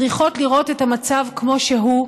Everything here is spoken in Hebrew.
צריכות לראות את המצב כמו שהוא,